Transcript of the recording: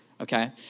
Okay